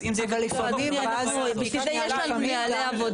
אז אם זה יהיה כתוב בחוק --- בשביל זה יש לנו נהלי עבודה.